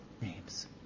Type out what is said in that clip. names